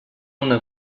una